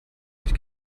sich